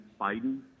Biden